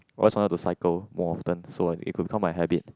always wanted to cycle more often so it could become my habit